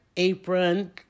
apron